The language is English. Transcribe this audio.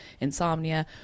insomnia